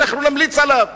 אנחנו נמליץ עליו.